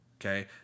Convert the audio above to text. okay